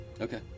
okay